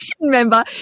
member